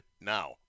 now